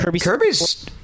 Kirby's